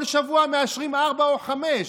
כל שבוע מאשרים ארבע או חמש.